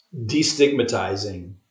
destigmatizing